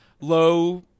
low